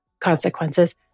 consequences